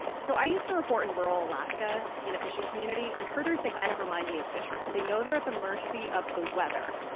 so i used to report in rural alaska in a fishing community. and herders, they kind of remind me of fishermen. they know they're at the mercy of the weather.